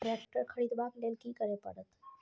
Tractor खरीदबाक लेल की करय परत?